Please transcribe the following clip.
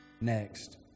Next